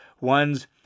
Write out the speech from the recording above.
one's